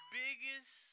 biggest